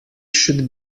should